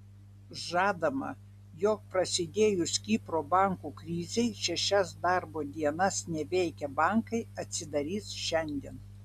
žadama jog prasidėjus kipro bankų krizei šešias darbo dienas neveikę bankai atsidarys šiandien